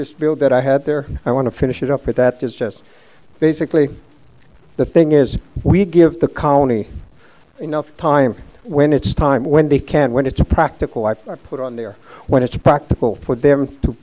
this bill that i had there i want to finish it up but that is just basically the thing is we give the colony enough time when it's time when they can when it's practical i put on there when it's practical for them to